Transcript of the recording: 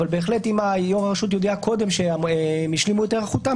אבל אם יו"ר הרשות יודע קודם שהם השלימו את היערכותם,